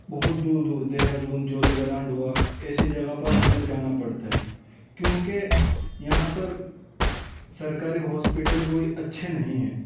بہت دور دور دہرادون جولی گرانڈ ہوا ایسی جگہ پر ہمیں جانا پڑتا ہے کیوںکہ یہاں پر سرکاری ہاسپٹل کوئی اچھے نہیں ہیں